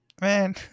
Man